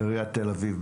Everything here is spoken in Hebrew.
עיריית תל אביב.